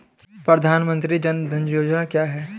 प्रधानमंत्री जन धन योजना क्या है?